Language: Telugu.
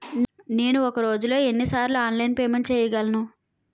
నేను ఒక రోజులో ఎన్ని సార్లు ఆన్లైన్ పేమెంట్ చేయగలను?